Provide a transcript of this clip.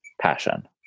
passion